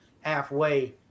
halfway